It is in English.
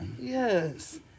Yes